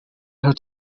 her